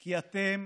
כי אתם